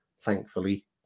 thankfully